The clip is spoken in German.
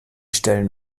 stellen